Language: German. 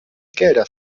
gelder